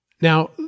Now